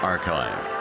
Archive